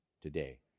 today